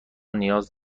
نیاز